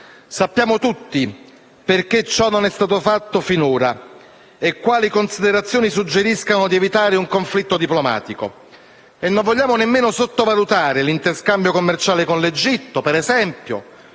Sappiamo tutti perché ciò non è stato fatto finora e quali considerazioni suggeriscano di evitare un conflitto diplomatico. Non vogliamo nemmeno sottovalutare l'interscambio commerciale con l'Egitto, per esempio,